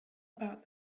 about